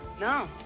No